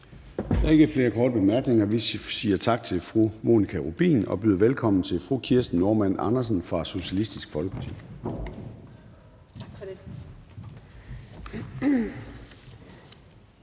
Der er ikke flere korte bemærkninger. Vi siger tak til fru Monika Rubin og byder velkommen til fru Kirsten Normann Andersen fra Socialistisk Folkeparti.